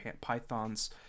Pythons